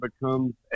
becomes